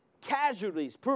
casualties